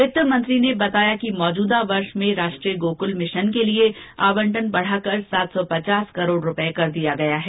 वित्तमंत्री ने बताया कि मौजूदा वर्ष में राष्ट्रीय गोकुल मिशन के लिए आबंटन बढ़ाकर सात सौ पचास करोड़ रूपये कर दिया गया है